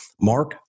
Mark